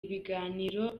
ibiganiro